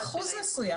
לא, לא אחוז מסוים.